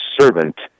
servant